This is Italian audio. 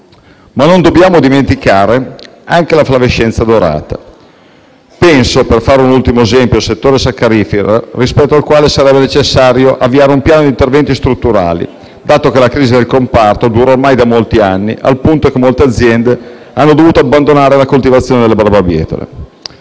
Non dobbiamo dimenticare neanche la flavescenza dorata. Penso - per fare un ultimo esempio - al settore saccarifero, rispetto al quale sarebbe necessario avviare un piano di interventi strutturali, dato che la crisi del comparto dura ormai da molti anni, al punto che molte aziende hanno dovuto abbandonare la coltivazione delle barbabietole.